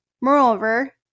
Moreover